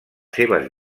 seves